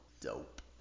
dope